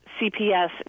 CPS